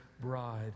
bride